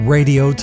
Radio